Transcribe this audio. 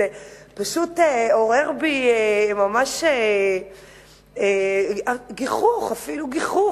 זה פשוט עורר בי אפילו גיחוך.